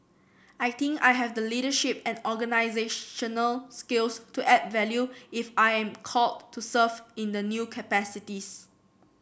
I think I have the leadership and organisational skills to add value if I am called to serve in the new capacities